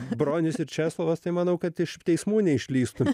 bronius ir česlovas tai manau kad iš teismų neišlįstų